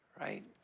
Right